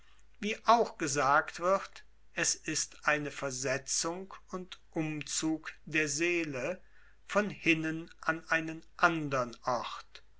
wie auch gesagt wird es ist eine versetzung und umzug der seele von hinnen an einen andern ort